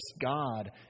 God